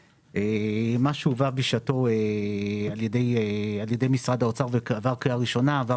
מה שהובא בשעתו על-ידי משרד האוצר ועבר קריאה ראשונה עבר